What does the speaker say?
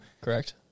Correct